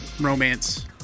romance